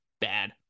bad